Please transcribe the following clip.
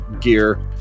gear